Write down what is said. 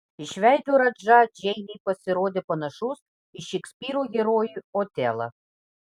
iš veido radža džeinei pasirodė panašus į šekspyro herojų otelą